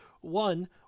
One